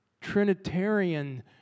Trinitarian